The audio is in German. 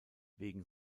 wegen